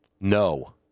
No